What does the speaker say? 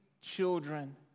children